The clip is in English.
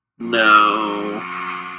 No